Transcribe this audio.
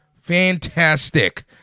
Fantastic